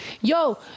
Yo